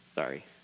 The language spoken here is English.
Sorry